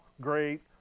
great